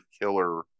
killer